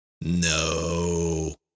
No